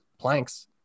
planks